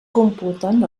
computen